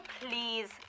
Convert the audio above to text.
please